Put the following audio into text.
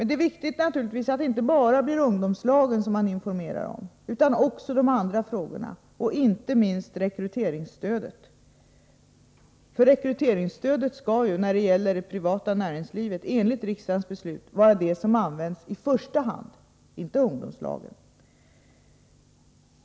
Det är dock viktigt att man inte informerar bara om ungdomslagen utan också om de Övriga frågorna, inte minst rekryteringsstödet. Detta stöd skall när det gäller det privata näringslivet enligt riksdagens beslut vara det som används i första hand, inte ungdomslagen.